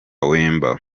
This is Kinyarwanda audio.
wemba